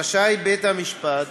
רשאי בית-המשפט